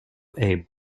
broad